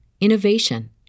innovation